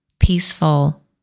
peaceful